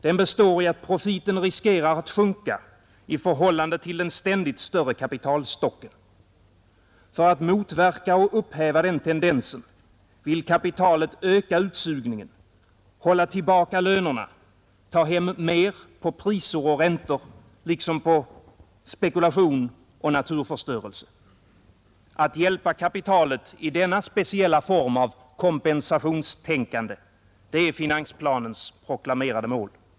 Den består i att profiten riskerar sjunka i förhållande till den ständigt större kapitalstocken. För att motverka och upphäva den tendensen vill kapitalet öka utsugningen, hålla tillbaka lönerna, ta hem mer på priser och räntor liksom på spekulation och naturförstörelse. Att hjälpa kapitalet i denna speciella form av kompensationstänkande — det är finansplanens proklamerade mål.